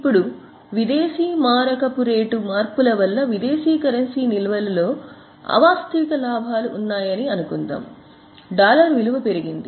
ఇప్పుడు విదేశీ మారకపు రేటు మార్పుల వల్ల విదేశీ కరెన్సీ నిల్వలు లో అవాస్తవిక లాభాలు ఉన్నాయని అనుకుందాం డాలర్ విలువ పెరిగింది